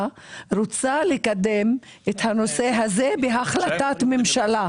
רוצה לקדם את הנושא הזה בהחלטת ממשלה.